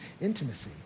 intimacy